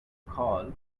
call